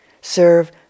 serve